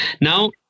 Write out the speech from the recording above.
Now